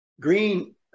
green